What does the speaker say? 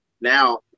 Now